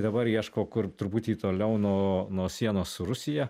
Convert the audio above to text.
dabar ieško kur truputį toliau nuo nuo sienos su rusija